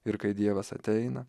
ir kai dievas ateina